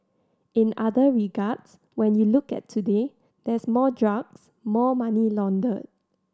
in other regards when you look at today there's more drugs more money laundered